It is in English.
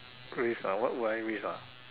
risk ah what would I risk ah